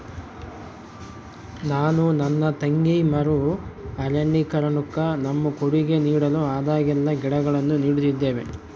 ನಾನು ನನ್ನ ತಂಗಿ ಮರು ಅರಣ್ಯೀಕರಣುಕ್ಕ ನಮ್ಮ ಕೊಡುಗೆ ನೀಡಲು ಆದಾಗೆಲ್ಲ ಗಿಡಗಳನ್ನು ನೀಡುತ್ತಿದ್ದೇವೆ